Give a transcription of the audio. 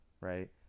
right